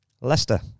Leicester